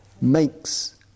makes